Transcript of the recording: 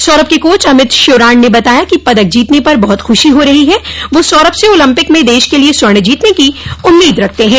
सौरभ के कोच अमित श्योराण ने बताया कि पदक जीतने पर बहुत खुशी हो रही है वह सौरभ से ओलम्पिक में देश के लिए स्वर्ण जीतने की उम्मीद रखते हैं